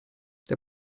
der